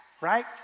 right